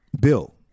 bill